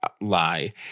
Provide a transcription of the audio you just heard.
lie